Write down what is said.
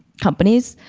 companies.